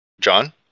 John